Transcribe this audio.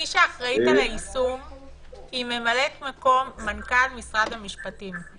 מי שאחראית על היישום היא ממלאת-מקום מנכ"ל משרד המשפטים.